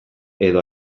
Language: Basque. edo